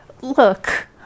look